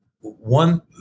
one